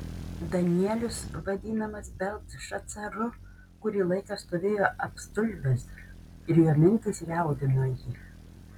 danielius vadinamas beltšacaru kurį laiką stovėjo apstulbęs ir jo mintys jaudino jį